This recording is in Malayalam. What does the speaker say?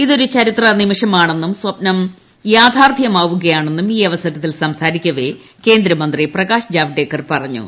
ഇതൊരു ചരിത്ര നിമിഷമാണെന്നും സ്പ്നം യ്യാ്മാർത്ഥ്യമാവുകയാണെന്നും ഈ അവസരത്തിൽ സംസാരിക്ക്വെ കേന്ദ്രമന്ത്രി പ്രകാശ് ജാവ്ദേകർ പറഞ്ഞു